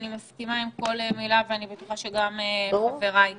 אני מסכימה עם כל מילה ואני בטוחה שגם חבריי כאן.